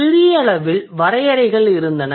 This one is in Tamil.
சிறியளவில் வரையறைகள் இருந்தன